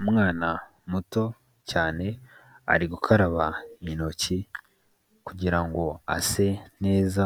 Umwana muto cyane ari gukaraba intoki kugira ngo ase neza